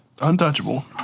Untouchable